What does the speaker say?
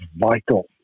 vital